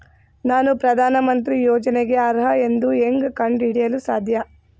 ನಾನು ಪ್ರಧಾನ ಮಂತ್ರಿ ಯೋಜನೆಗೆ ಅರ್ಹ ಎಂದು ಹೆಂಗ್ ಕಂಡ ಹಿಡಿಯಲು ಸಾಧ್ಯ?